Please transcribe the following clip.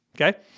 Okay